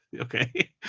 Okay